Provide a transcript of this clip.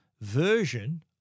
version